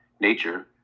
nature